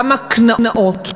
כמה קנאות,